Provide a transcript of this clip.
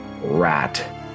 rat